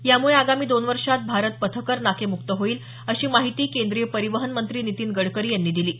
यामुळे आगामी दोन वर्षात भारत पथकर नाकेमुक्त होईल अशी माहिती केंद्रीय परिवहन मंत्री नितीन गडकरी यांनी दिली आहे